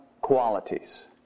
qualities